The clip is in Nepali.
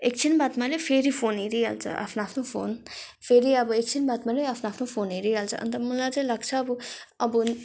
एकछिन बात माऱ्यो फेरि फोन हेरिहाल्छ आफ्नो आफ्नो फोन फेरि अब एकछिन बात माऱ्यो आफ्नो आफ्नो फोन हेरिहाल्छ अन्त मलाई चाहिँ लाग्छ अब अब